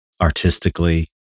artistically